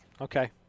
Okay